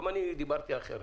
גם אני דיברתי אחרת.